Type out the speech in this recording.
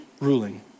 ruling